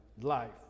life